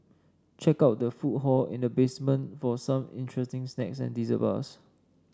check out the food hall in the basement for some interesting snacks and dessert bars